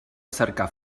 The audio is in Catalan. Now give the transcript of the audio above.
cercar